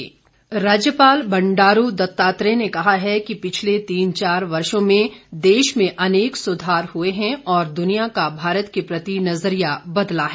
राज्यपाल राज्यपाल बंडारू दत्तात्रेय ने कहा है कि पिछले तीन चार वर्षो में देश में अनेक सुधार हुए हैं और दुनिया का भारत के प्रति नजरिया बदला है